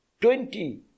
Twenty